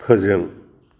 फोजों